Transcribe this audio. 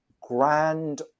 grand